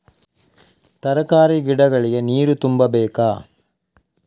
ತರಕಾರಿ ಗಿಡಗಳಿಗೆ ನೀರು ತುಂಬಬೇಕಾ?